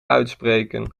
uitspreken